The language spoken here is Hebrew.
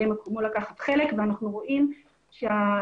מקומו לקחת חלק ואנחנו רואים שההגעה,